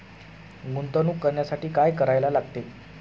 गुंतवणूक करण्यासाठी काय करायला लागते?